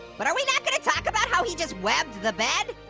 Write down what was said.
but are we not gonna talk about how he just webbed the bed?